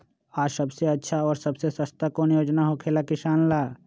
आ सबसे अच्छा और सबसे सस्ता कौन योजना होखेला किसान ला?